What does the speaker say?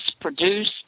produced